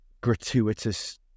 gratuitous